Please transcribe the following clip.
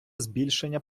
збільшення